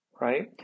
right